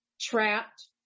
trapped